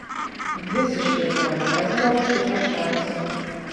visiškai pramazinau šitą šansą